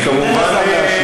תן לשר להשיב.